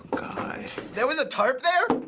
there was a tarp there?